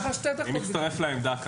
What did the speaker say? אני מצטרף לעמדה כאן.